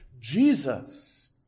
Jesus